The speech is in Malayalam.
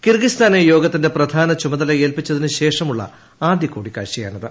കിർഗിസ്ഥാനെ യോഗത്തിന്റെ പ്രധാന ചുമതല ഏൽപിച്ചതിന് ശേഷ മുളള ആദ്യ കൂടിക്കാഴ്ചയാണിത്